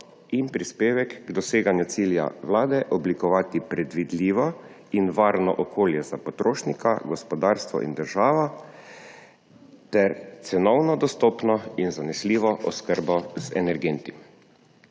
in prispevek k doseganju cilja Vlade: oblikovati predvidljivo in varno okolje za potrošnika, gospodarstvo in državo ter cenovno dostopno in zanesljivo oskrbo z energenti.